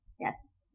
Yes